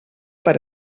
per